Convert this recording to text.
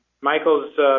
Michael's